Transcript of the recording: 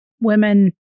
Women